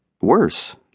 Worse